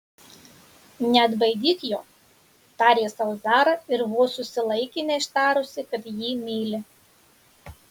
neatbaidyk jo tarė sau zara ir vos susilaikė neištarusi kad jį myli